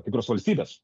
kai kurios valstybės